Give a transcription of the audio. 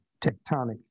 tectonic